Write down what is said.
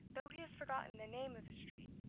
though he has forgotten the name of the street,